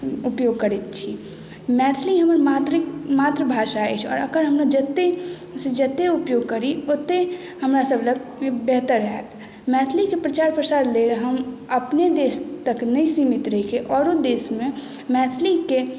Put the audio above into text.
उपयोग करैत छी मैथिली हमर मातृभाषा अछि आओर ओकर हमरा जते सऽ जते उपयोग करी ओते हमरा सब लग बेहतर होयत मैथिली के प्रचार प्रसार लेल हम अपने देश तक नहि सीमित रहिके आओरो देश मे मैथिली के